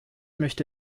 möchte